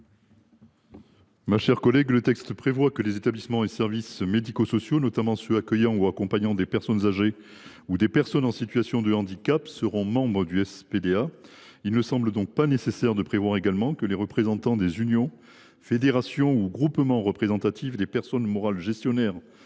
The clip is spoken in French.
Ma chère collègue, le texte prévoit que les établissements et services médico sociaux, notamment ceux qui accueillent ou accompagnent des personnes âgées ou des personnes en situation de handicap, seront membres du SPDA. Il ne semble donc pas nécessaire de prévoir également que les représentants des unions, fédérations ou groupements représentatifs des personnes morales gestionnaires